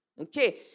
Okay